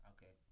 Okay